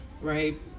right